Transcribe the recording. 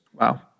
Wow